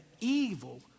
evil